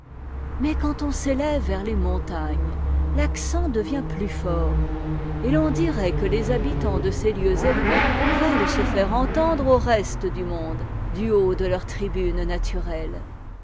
mais quand on s'élève vers les montagnes l'accent devient plus fort et l'on dirait que les habitants de ces lieux élevés veulent se faire entendre au reste du monde du haut de leurs tribunes naturelles